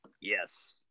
Yes